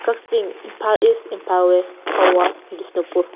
Kakching Imphal east Imphal west Thoubal Bishnupur